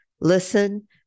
listen